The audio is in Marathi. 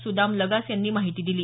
सुदाम लगास यांनी माहिती दिली